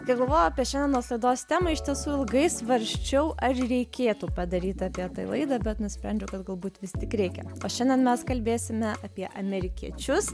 kai galvojau apie šiandienos laidos temą iš tiesų ilgai svarsčiau ar reikėtų padaryt apie tai laidą bet nusprendžiau kad galbūt vis tik reikia o šiandien mes kalbėsime apie amerikiečius